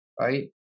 right